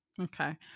Okay